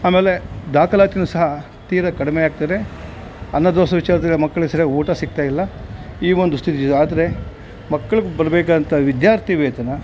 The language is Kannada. ಆಮೇಲೆ ದಾಖಲಾತಿನೂ ಸಹ ತೀರಾ ಕಡಿಮೆ ಆಗ್ತಿದೆ ಅನ್ನ ದೋಸೆ ವಿಚಾರ್ದಲ್ಲಿ ಮಕ್ಳಿಗೆ ಸರ್ಯಾಗಿ ಊಟ ಸಿಕ್ತಾ ಇಲ್ಲ ಈ ಒಂದು ಸ್ಥಿತಿ ಇದೆ ಆದರೆ ಮಕ್ಳಿಗೆ ಬರ್ಬೇಕಾದಂಥ ವಿದ್ಯಾರ್ಥಿ ವೇತನ